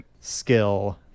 skill